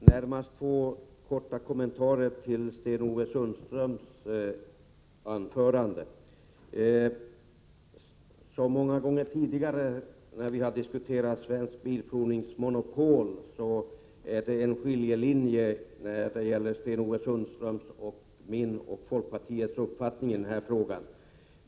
Herr talman! Jag vill göra två korta kommentarer till Sten-Ove Sundströms anförande. Som så många gånger tidigare kommer det fram en skiljelinje mellan å ena sidan Sten-Ove Sundströms uppfattning och å andra folkpartiets och min uppfattning i frågan om Svensk Bilprovnings monopol.